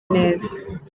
neza